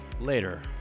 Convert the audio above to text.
later